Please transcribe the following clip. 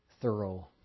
thorough